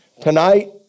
Tonight